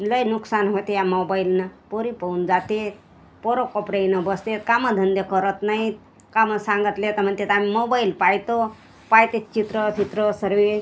लई नुकसान होते या मोबाईलनं पोरी पळून जाते पोरं कोपराइनं बसतात कामंधंदे करत नाहीत कामं सांगितले तर म्हणतात आम्ही मोबाईल पाहतो पाहतात चित्र फित्र सर्व